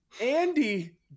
Andy